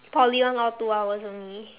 Poly one all two hours only